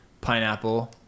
pineapple